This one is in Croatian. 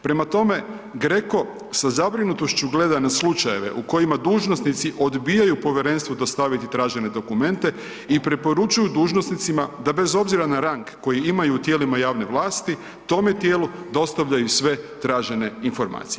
Prema tome, GRECO sa zabrinutošću gleda na slučajeve u kojima dužnosnici odbijaju povjerenstvu dostaviti tražene dokumente i preporučuju dužnosnicima da bez obzira na rang koji imaju u tijelima javne vlasti, tome tijelu dostavljaju sve tražene informacije.